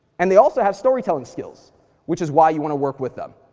and they also have story-telling skills which is why you wanna work with them.